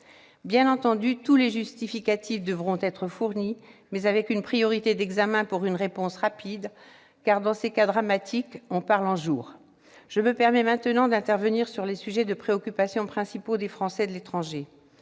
Bien entendu, tous les justificatifs devront être fournis, mais avec une priorité d'examen pour une réponse rapide, car dans ces cas dramatiques, on parle en jours ... Je veux maintenant intervenir sur les sujets de préoccupation principaux des Français de l'étranger